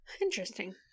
Interesting